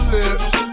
lips